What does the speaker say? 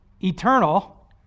eternal